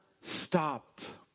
stopped